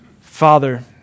Father